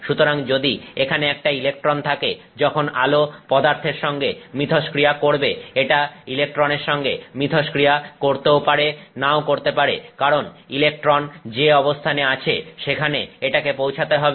সুতরাং যদি এখানে একটা ইলেকট্রন থাকে যখন আলো পদার্থের সঙ্গে মিথস্ক্রিয়া করবে এটা ইলেকট্রনের সঙ্গে মিথস্ক্রিয়া করতেও পারে নাও করতে পারে কারণ ইলেকট্রন যে অবস্থানে আছে সেখানে এটাকে পৌঁছাতে হবে